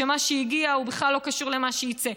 שמה שהגיע בכלל לא קשור למה שיצא.